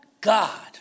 God